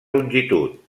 longitud